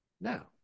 Now